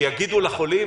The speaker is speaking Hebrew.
שיגידו לחולים,